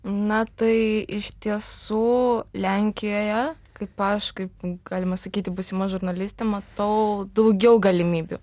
na tai iš tiesų lenkijoje kaip aš kaip galima sakyti būsima žurnalistė matau daugiau galimybių